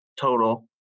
total